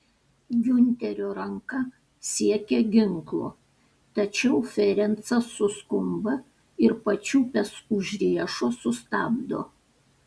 giunterio ranka siekia ginklo tačiau ferencas suskumba ir pačiupęs už riešo sustabdo